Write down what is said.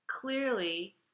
clearly